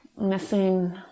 Missing